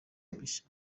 mpisha